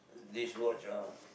this watch ah